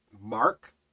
mark